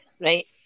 right